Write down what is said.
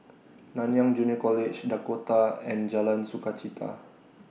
Nanyang Junior College Dakota and Jalan Sukachita